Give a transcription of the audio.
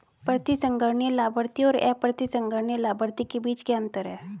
प्रतिसंहरणीय लाभार्थी और अप्रतिसंहरणीय लाभार्थी के बीच क्या अंतर है?